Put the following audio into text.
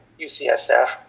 UCSF